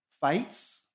fights